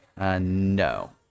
No